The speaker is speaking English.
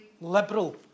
liberal